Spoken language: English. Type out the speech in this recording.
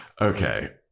Okay